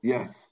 Yes